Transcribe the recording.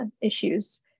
issues